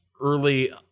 early